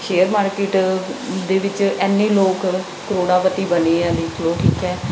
share market ਦੇ ਵਿੱਚ ਇੰਨੇ ਲੋਕ ਕਰੋੜਾਂਪਤੀ ਬਣੇ ਹੈ ਵੀ ਚਲੋ ਠੀਕ ਹੈ